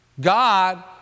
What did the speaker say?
God